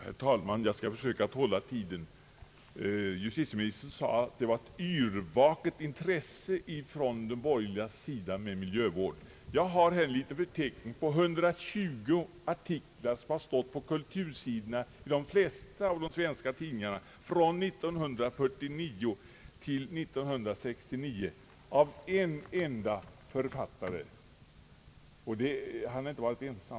Herr talman! Jag skall försöka hålla tiden. Justitieministern sade att den borgerliga sidan visat ett yrvaket intresse för miljövården. Jag har här en liten för teckning över 120 artiklar som har stått på kultursidorna i de flesta av de svenska tidningarna från 1949 till 1969 av en enda författare, och han har inte varit ensam.